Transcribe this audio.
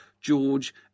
George